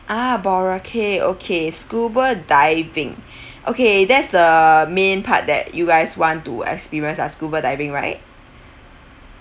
ah boracay okay scuba diving okay that's the main part that you guys want to experience are scuba diving right